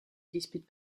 dispute